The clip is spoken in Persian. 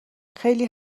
خیلی